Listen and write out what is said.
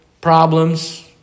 problems